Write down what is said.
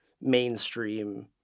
mainstream